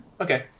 okay